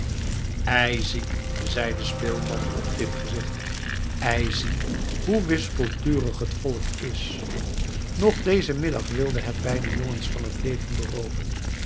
ei zie zeide speelman op dit gezicht ei zie hoe wispelturig het volk is nog dezen middag wilde het beide jongens van het leven berooven